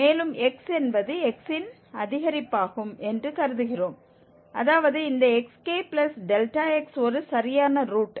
மேலும் x என்பது x இன் அதிகரிப்பாகும் என்று கருதுகிறோம் அதாவது இந்த xkx ஒரு சரியான ரூட்